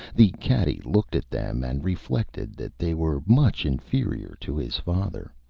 the caddy looked at them and reflected that they were much inferior to his father.